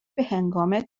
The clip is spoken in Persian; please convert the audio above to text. بههنگام